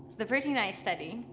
the protein i study,